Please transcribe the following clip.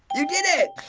you did it!